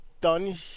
done